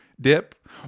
dip